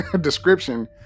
description